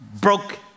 broke